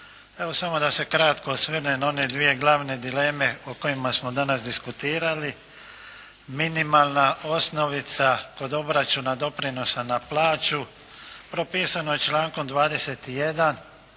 Evo samo da se kratko osvrnem na one dvije glavne dileme o kojima smo danas diskutirali. Minimalna osnovica kod obračuna doprinosa na plaću, propisano je člankom 21.